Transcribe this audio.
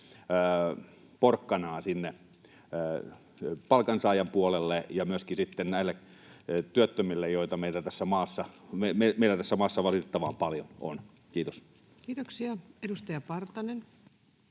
porkkanaa sinne palkansaajan puolelle ja myöskin sitten näille työttömille, joita meillä tässä maassa on valitettavan paljon. — Kiitos. Kiitoksia. — Edustaja Partanen.